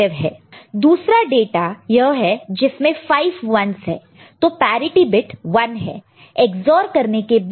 दूसरा डाटा यह है जिसमें 5 1's है तो पैरिटि बिट 1 है EX OR करने के बाद